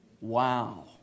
Wow